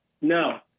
No